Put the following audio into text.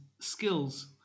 skills